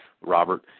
robert